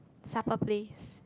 supper place